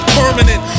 permanent